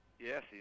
Yes